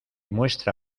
muestra